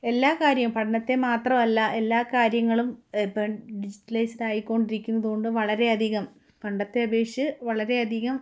എല്ലാ കാര്യവും പണ്ടത്തെ മാത്രമല്ല എല്ലാ കാര്യങ്ങളും ഇപ്പോള് ഡിജിറ്റലൈസ്ഡ് ആയിക്കൊണ്ടിരിക്കുന്നതുകൊണ്ടു വളരെയധികം പണ്ടത്തെ അപേക്ഷിച്ചു വളരെയധികം